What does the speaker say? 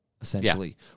essentially